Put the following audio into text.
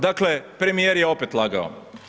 Dakle, premijer je opet lagao.